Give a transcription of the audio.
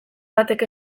batek